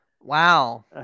Wow